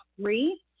three